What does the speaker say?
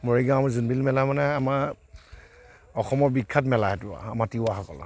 মৰিগাঁও জোনবিল মেলা মানে আমাৰ অসমৰ বিখ্যাত মেলা সেইটো আমাৰ তিৱাসকলৰ